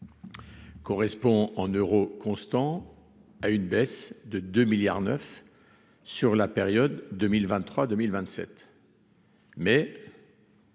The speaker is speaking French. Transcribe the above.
Correspond en euros constants. à une baisse de 2 milliards 9 sur la période 2023 2027. Mais.